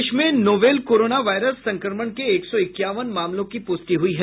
देश में novel corona virus संक्रमण के एक सौ इक्यावन मामलों की प्रष्टि हुई है